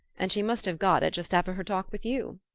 and she must have got it just after her talk with you.